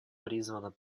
призвано